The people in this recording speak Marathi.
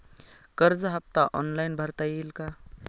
कर्ज हफ्ता ऑनलाईन भरता येईल का?